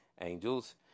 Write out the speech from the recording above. Angels